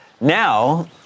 Now